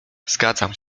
zgadzam